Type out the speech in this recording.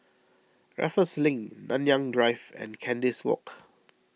Raffles Link Nanyang Drive and Kandis Walk